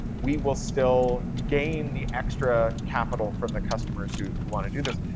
we will still gain the extra capital from the customers who who want to do this.